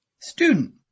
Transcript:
Student